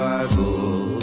Bible